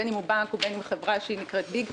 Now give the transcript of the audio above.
בין אם הוא בנק ובין אם הוא חברה שנקראת פינטק,